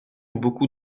beaucoup